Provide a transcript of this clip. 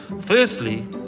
firstly